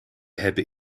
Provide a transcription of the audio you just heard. hebben